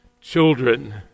children